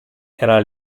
era